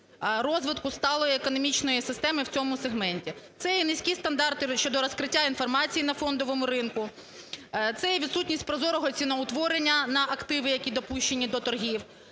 розвитку сталої економічної системи в цьому сегменті. Це і низькі стандарти щодо розкриття інформації на фондовому ринку, це і відсутність прозорого ціноутворення на активи, які допущені до торгів.